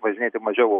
važinėti mažiau